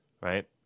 right